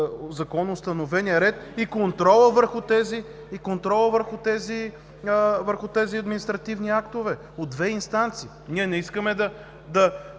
законоустановеният ред и контролът върху тези административни актове от две инстанции! Ние не искаме да